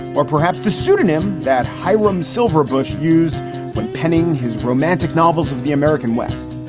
or perhaps the pseudonym that hyrum silverbush used when penning his romantic novels of the american west.